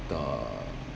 uh